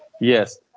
Yes